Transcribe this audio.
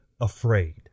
afraid